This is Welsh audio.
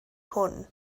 hwn